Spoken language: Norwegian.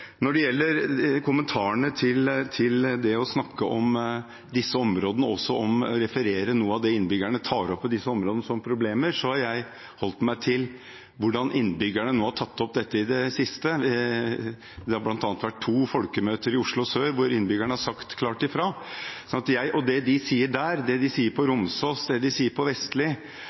Når det gjelder kommentarene til det å snakke om disse områdene, og også å referere noe av det innbyggerne tar opp som problemer på disse områdene, har jeg holdt meg til hvordan innbyggerne har tatt opp dette i det siste. Det har bl.a. vært to folkemøter i Oslo sør hvor innbyggerne har sagt klart ifra. Det de sier der – det de sier på Romsås, det de sier på Vestli